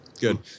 Good